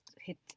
hit